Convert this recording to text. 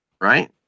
right